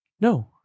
No